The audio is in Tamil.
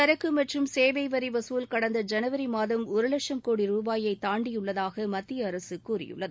சரக்கு மற்றும் சேவை வரி வசூல் கடந்த மாதம் ஒரு வட்சும் கோடி ரூபாயை தாண்டியுள்ளதாக மத்திய அரசு கூறியுள்ளது